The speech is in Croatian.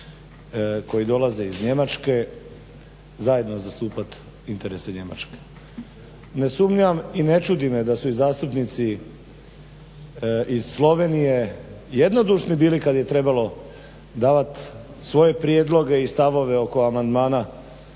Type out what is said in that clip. koji dolaze iz Njemačke zajedno zastupati interese Njemačke. Ne sumnjam i ne čudi me da su i zastupnici iz Slovenije jednodušni bili kad je trebalo davati svoje prijedloge i stavove oko amandmana